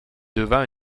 devint